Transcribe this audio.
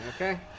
Okay